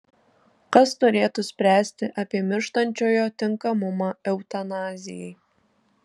kas turėtų spręsti apie mirštančiojo tinkamumą eutanazijai